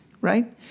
right